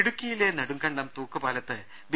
ഇടുക്കിയിലെ നെടുങ്കണ്ടം തൂക്കുപാലം ബി